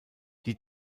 die